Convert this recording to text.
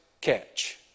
catch